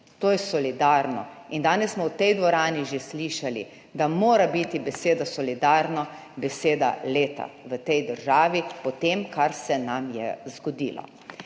to je solidarno. In danes smo v tej dvorani že slišali, da mora biti beseda solidarno beseda leta v tej državi po tem, kar se nam je zgodilo.